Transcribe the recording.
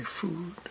food